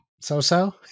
So-so